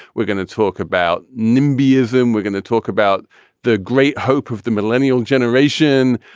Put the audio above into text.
we're going to talk about nimbyism. we're going to talk about the great hope of the millennial generation.